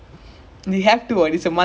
I see the club so good